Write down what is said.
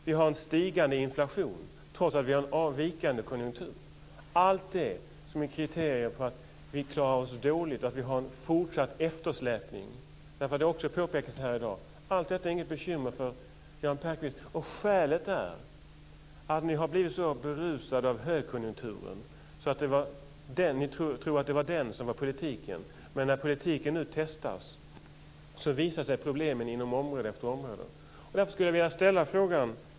Vi har en stigande inflation trots att vi har en vikande konjunktur, allt det som är kriterier på att vi klarar oss dåligt, att vi har en fortsatt eftersläpning. Men som också har påpekats här i dag är allt detta inget bekymmer för Jan Bergqvist. Och skälet är att ni har blivit så berusade av högkonjunkturen att ni tror att det var den som var politiken. Men när politiken nu testas visar sig problemen inom område efter område.